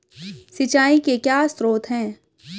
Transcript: सिंचाई के क्या स्रोत हैं?